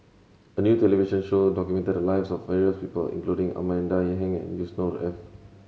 a new television show documented the lives of various people including Amanda Heng and Yusnor Ef